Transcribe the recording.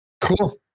Cool